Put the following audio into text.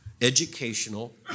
educational